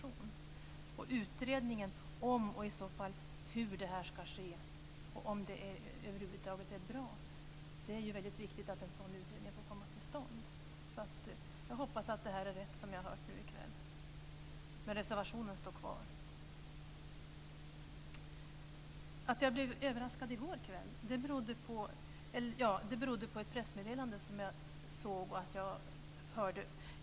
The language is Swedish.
Det är väldigt viktigt att en utredning om hur det här ska ske och om det över huvud taget är bra får komma till stånd. Jag hoppas att det som vi har fått höra nu i kväll stämmer, men reservationen står alltså kvar. Att jag blev överraskad i går kväll berodde på ett pressmeddelande som jag fick läsa.